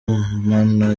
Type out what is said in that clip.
mana